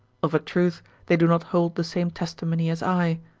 of a truth they do not hold the same testimony as i.